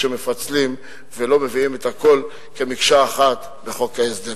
שמפצלים ולא מביאים את הכול כמקשה אחת לחוק ההסדרים.